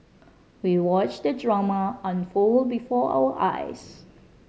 we watched the drama unfold before our eyes